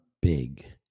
big